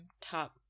top